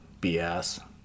BS